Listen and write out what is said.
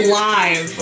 live